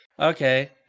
Okay